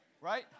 right